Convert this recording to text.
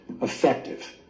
effective